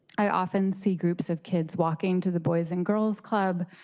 i often see groups of kids walking to the boys and girls club.